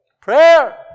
Prayer